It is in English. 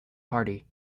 party